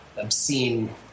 obscene